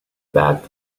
back